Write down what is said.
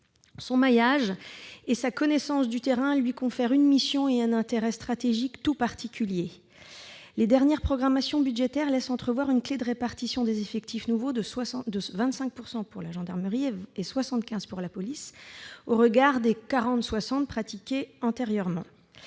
territoire et sa connaissance du terrain lui confèrent une mission et un intérêt stratégique tout particuliers. Les dernières programmations budgétaires laissent entrevoir la mise en oeuvre d'une clé de répartition des effectifs nouveaux de 25 % pour la gendarmerie et 75 % pour la police, à mettre en regard du « 40-60 » antérieurement